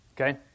okay